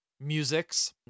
musics